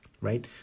right